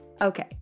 Okay